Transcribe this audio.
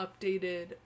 updated